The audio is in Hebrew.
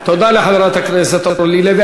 תודה לחברת הכנסת אורלי לוי.